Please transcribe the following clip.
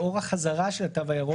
לאור החזרה של התו הירוק,